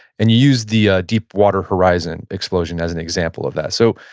and you used the ah deep water horizon explosion as an example of that. so,